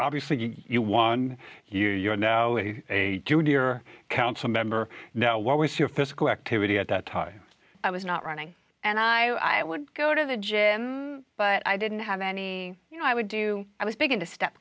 obviously you one year you're now a junior council member now what was your physical activity at that time i was not running and i would go to the gym but i didn't have any you know i would do i was big into step